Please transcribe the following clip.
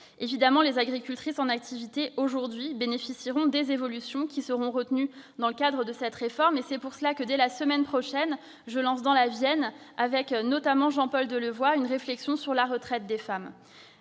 évidemment, les agricultrices aujourd'hui en activité bénéficieront des évolutions qui seront retenues dans le cadre de cette réforme. C'est la raison pour laquelle, dès la semaine prochaine, je lance, dans la Vienne, notamment avec Jean-Paul Delevoye, une réflexion sur la retraite des femmes.